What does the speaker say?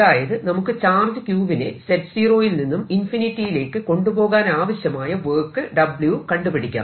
അതായത് നമുക്ക് charge q വിനെ z0 വിൽ നിന്നും ഇൻഫിനിറ്റിയിലേക്ക് കൊണ്ടുപോകാനാവശ്യമായ വർക്ക് W കണ്ടുപിടിക്കാം